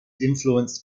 influenced